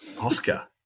Oscar